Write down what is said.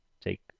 take